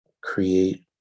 create